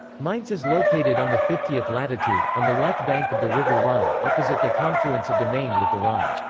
mainz is located on the fiftieth latitude, on the left bank of the river rhine, opposite the confluence of the main with the rhine.